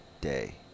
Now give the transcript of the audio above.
day